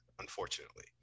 unfortunately